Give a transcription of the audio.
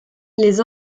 les